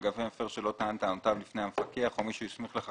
ולגבי מפר שלא טען את טענותיו לפני המפקח או מי שהוא הסמיך לכך